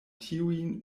tiujn